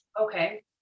Okay